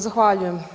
Zahvaljujem.